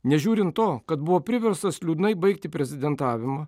nežiūrint to kad buvo priverstas liūdnai baigti prezidentavimą